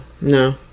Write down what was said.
No